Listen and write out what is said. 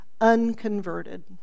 unconverted